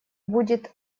будет